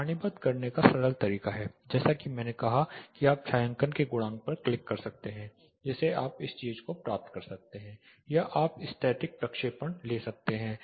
सारणीबद्ध करने का सरल तरीका जैसा कि मैंने कहा कि आप छायांकन के गुणांक पर क्लिक कर सकते हैं जिसे आप इस चीज़ को प्राप्त कर सकते हैं या आप स्थैतिक प्रक्षेपण ले सकते हैं